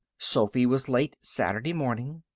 sophy was late saturday morning.